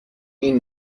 این